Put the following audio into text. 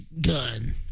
gun